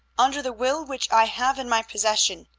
under the will which i have in my possession,